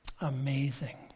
Amazing